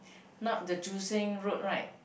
not the joo seng road right